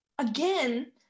again